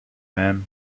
man